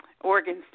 organs